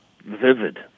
vivid